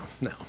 no